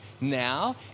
now